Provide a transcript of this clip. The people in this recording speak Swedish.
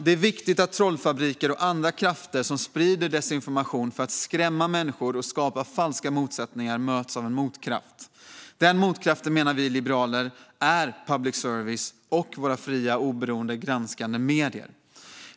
Det är viktigt att trollfabriker och andra krafter som sprider desinformation för att skrämma människor och skapa falska motsättningar möts av en motkraft. Den motkraften menar vi liberaler är public service och våra fria oberoende granskande medier.